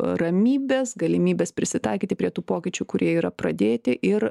ramybės galimybės prisitaikyti prie tų pokyčių kurie yra pradėti ir